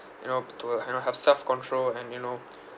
you know to uh you know have self control and you know